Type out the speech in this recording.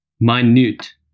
minute